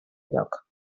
lloc